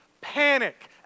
panic